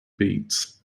beats